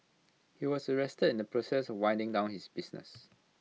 he was arrested in the process of winding down his business